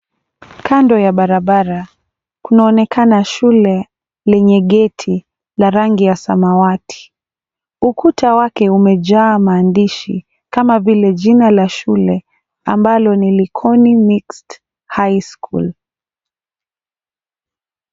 Kando ya barabara kunaonekana shule lenye geti la rangi ya samawati. Ukuta wake umejaa maandishi kama vile jina la shule ambalo ni, Likoni Mixed High School.